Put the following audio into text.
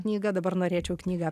knygą dabar norėčiau knygą